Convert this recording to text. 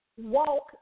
walk